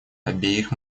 обеих